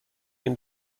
این